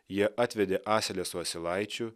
jie atvedė asilę su asilaičiu